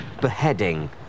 beheading